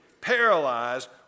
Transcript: paralyzed